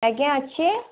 ଆଜ୍ଞା ଅଛି